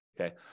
Okay